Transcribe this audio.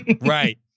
Right